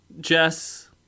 Jess